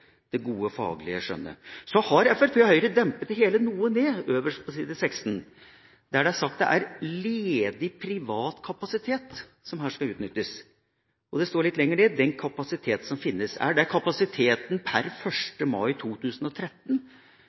det gode faglige skjønnet. Så har Fremskrittspartiet og Høyre dempet det hele noe ned øverst på side 16, der det står at det er «ledig, privat kapasitet» som skal utnyttes. Litt lenger ned står det: «den kapasiteten som finnes». Er det kapasiteten per 1. mai 2013,